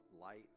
light